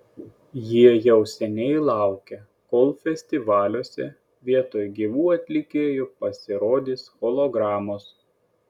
jie jau seniai laukia kol festivaliuose vietoj gyvų atlikėjų pasirodys hologramos